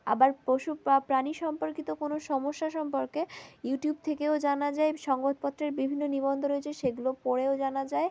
আবার পশু প্রাণী সম্পর্কিত কোনো সমস্যা সম্পর্কে ইউটিউব থেকেও জানা যায় সংবাদপত্রের বিভিন্ন নিবন্ধ রয়েছে সেগুলো পড়েও জানা যায়